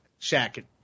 Shaq